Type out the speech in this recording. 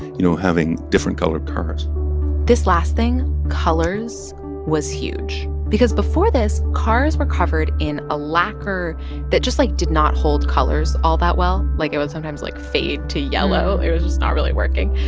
you know, having different colored cars this last thing colors was huge because before this, cars were covered in a lacquer that just, like, did not hold colors all that well. like, it would sometimes, like, fade to yellow. it was just not really working.